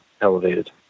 elevated